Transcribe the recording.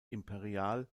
imperial